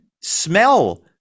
smell